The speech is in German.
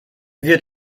wird